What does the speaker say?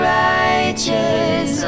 righteous